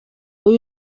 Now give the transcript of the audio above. uyu